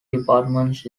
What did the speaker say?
departments